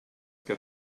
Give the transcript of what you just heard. ger